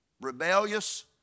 Rebellious